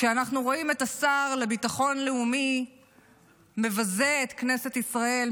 כשאנחנו רואים את השר לביטחון לאומי מבזה את כנסת ישראל,